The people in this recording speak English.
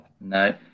No